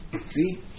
See